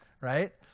right